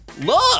Look